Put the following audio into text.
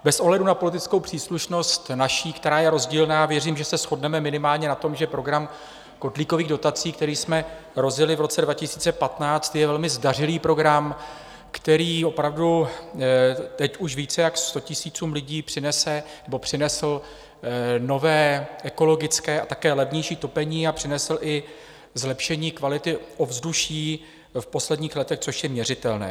Bez ohledu na naši politickou příslušnost, která je rozdílná, věřím, že se shodneme minimálně na tom, že program kotlíkových dotací, který jsme rozjeli v roce 2015, je velmi zdařilý program, který opravdu teď už více jak sto tisícům lidí přinese nebo přinesl nové ekologické a také levnější topení a přinesl i zlepšení kvality ovzduší v posledních letech, což je měřitelné.